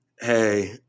Hey